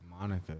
Monica